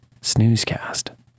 snoozecast